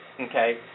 Okay